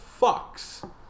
fucks